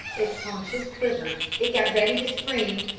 its haunches quivered, it got ready to spring,